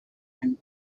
and